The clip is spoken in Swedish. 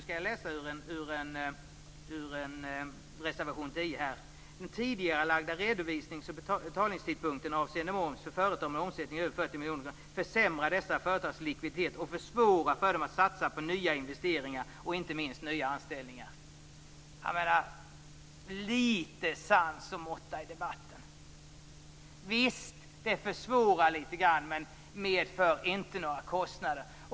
I reservation 10 framgår att den tidigarelagda redovisnings och betalningstidpunkten avseende moms för företag med en omsättning över 40 miljoner kronor försämrar dessa företags likviditet och försvårar för dem att satsa på nya investeringar och - inte minst Lite sans och måtta i debatten! Visst, det blir ett visst försvårande, men det medför inte några kostnader.